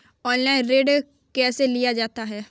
Online ऋण कैसे लिया जाता है?